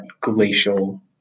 glacial